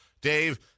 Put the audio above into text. Dave